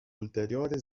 ulteriore